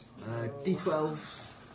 d12